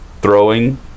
throwing